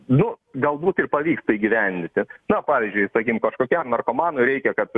nu galbūt ir pavyktų įgyvendinti na pavyzdžiui sakykim kažkokiam narkomanui reikia kad